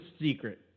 secret